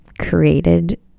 created